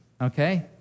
okay